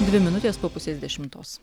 dvi minutės po pusės dešimtos